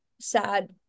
sad